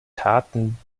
taten